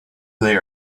they